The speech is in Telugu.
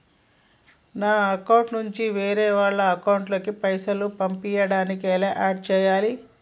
నా అకౌంట్ నుంచి వేరే వాళ్ల అకౌంట్ కి పైసలు పంపించడానికి ఎలా ఆడ్ చేయాలి?